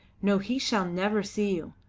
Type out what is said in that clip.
no, he shall never see you.